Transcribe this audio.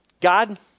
God